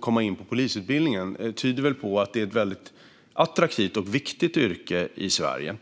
komma in på polisutbildningen och bli polis tyder väl på att det är ett väldigt attraktivt och viktigt yrke i Sverige.